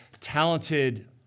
talented